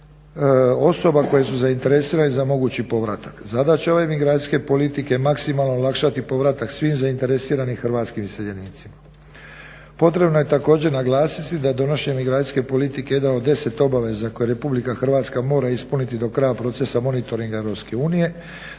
osoba koja su zainteresirane za mogući povratak. Zadaća ove migracijske politike maksimalno olakšati povratak svim zainteresiranim hrvatskim iseljenicima. Potrebno je također naglasiti da donošenjem migracijske politike jedan od 10 obaveza koje RH mora ispuniti do kraja procesa monitoringa EU zbog